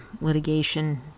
litigation